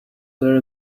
very